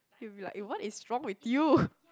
you'll be like eh what is wrong with you